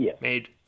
made